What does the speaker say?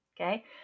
okay